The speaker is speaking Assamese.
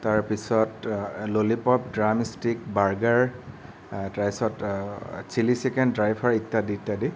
তাৰপিছত ললিপপ ড্ৰামষ্টিক বাৰ্গাৰ তাৰপিছত চিলি চিকেন ড্ৰাই ফ্ৰাই ইত্যাদি ইত্যাদি